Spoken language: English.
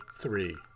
three